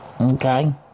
Okay